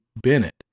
Bennett